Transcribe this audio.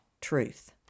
truth